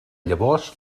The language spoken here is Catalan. llavors